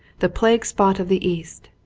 the plague spot of the east.